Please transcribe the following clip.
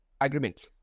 Agreement